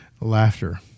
laughter